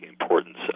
importance